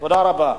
תודה רבה.